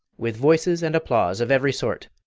with voices and applause of every sort,